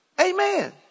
Amen